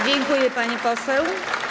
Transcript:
Dziękuję, pani poseł.